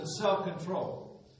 self-control